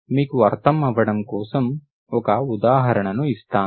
మీకు అర్థం అవ్వటం కోసం ఒక ఉదాహరణ ఇస్తాను